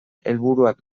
helburuak